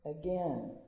again